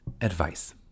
advice